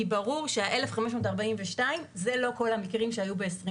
כי ברור שה-1,542 זה לא כל המקרים שהיו ב-2020.